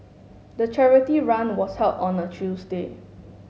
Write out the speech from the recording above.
the charity run was held on a Tuesday